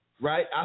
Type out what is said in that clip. right